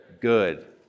good